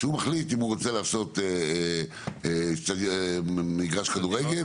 שהוא מחליט אם הוא רוצה לעשות מגרש כדורגל,